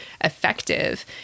effective